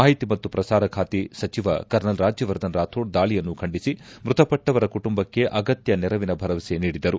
ಮಾಹಿತಿ ಮತ್ತು ಪ್ರಸಾರ ಖಾತೆ ಸಚಿವ ಕರ್ನಲ್ ರಾಜ್ಯವರ್ಧನ್ ರಾಥೋಡ್ ದಾಳಿಯನ್ನು ಖಂಡಿಸಿ ಮೃತಪಟ್ಟವರ ಕುಟುಂಬಕ್ಕೆ ಅಗತ್ಯ ನೆರವಿನ ಭರವಸೆ ನೀಡಿದರು